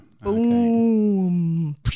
Boom